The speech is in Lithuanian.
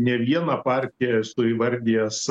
ne vieną partiją esu įvardijęs